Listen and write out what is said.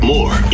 More